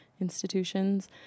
institutions